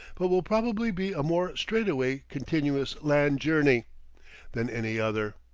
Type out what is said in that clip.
but will probably be a more straightaway continuous land-journey than any other.